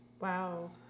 Wow